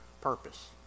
purpose